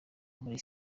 muli